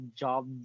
job